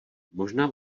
možná